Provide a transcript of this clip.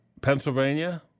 Pennsylvania